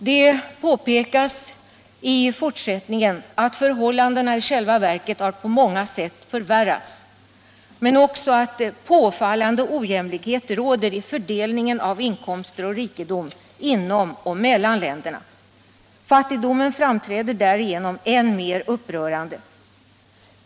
Det påpekas i fortsättningen att förhållandena i själva verket på många sätt har förvärrats men också att påfallande ojämlikhet råder i fördelningen av inkomster och rikedom inom och mellan länderna. Fattigdomen framträder härigenom än mera upprörande.